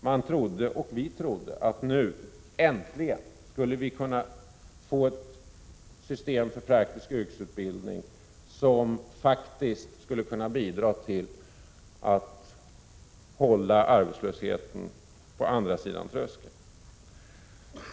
Man trodde, och vi trodde, att vi nu äntligen skulle kunna få ett system för praktisk yrkesutbildning, som faktiskt skulle kunna bidra till att hålla arbetslösheten på andra sidan tröskeln.